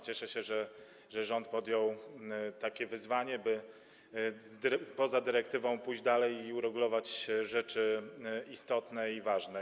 Cieszę się, że rząd podjął takie wyzwanie, by poza dyrektywą pójść dalej i uregulować rzeczy istotne, ważne.